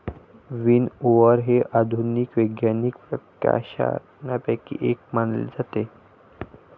विनओवर हे आधुनिक वैज्ञानिक प्रकाशनांपैकी एक मानले जाते